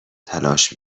تلاش